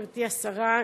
גברתי השרה,